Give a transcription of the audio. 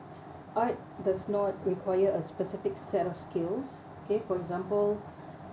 art does not require a specific set of skills okay for example